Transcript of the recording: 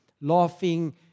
laughing